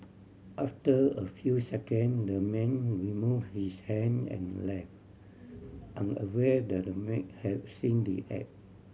after a few second the man remove his hand and left unaware that the maid have seen the act